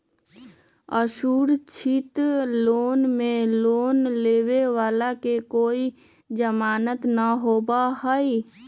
असुरक्षित लोन में लोन लेवे वाला के कोई जमानत न होबा हई